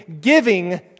giving